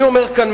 אני אומר כאן,